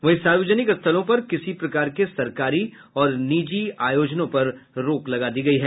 वहीं सार्वजनिक स्थलों पर किसी प्रकार के सरकारी और निजी आयोजनों पर रोक लगा दी गयी है